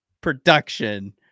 production